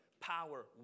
power